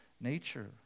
nature